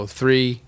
three